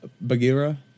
Bagheera